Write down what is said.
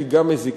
היא גם מזיקה,